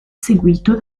seguito